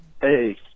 Hey